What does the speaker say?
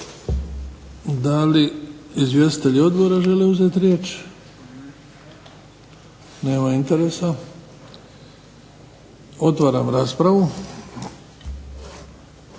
Da li izvjestitelji Odbora žele uzeti riječ? Nema interesa. Otvaram raspravu.